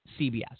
CBS